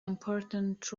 important